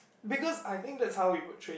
because I think that's how we would train